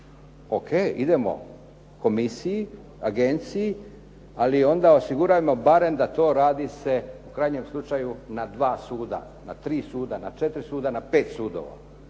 O.K, idemo komisiji, agenciji, ali onda osigurajmo barem da to radi se u krajnjem slučaju na dva suda, na tri suda, na četiri suda, na pet sudova.